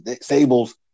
Sable's